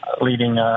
Leading